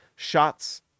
Shots